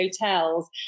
hotels